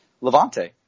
Levante